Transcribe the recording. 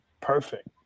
Perfect